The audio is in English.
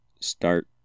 start